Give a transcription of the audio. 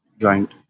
Joint